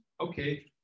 okay